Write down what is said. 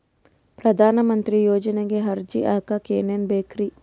ಪ್ರಧಾನಮಂತ್ರಿ ಯೋಜನೆಗೆ ಅರ್ಜಿ ಹಾಕಕ್ ಏನೇನ್ ಬೇಕ್ರಿ?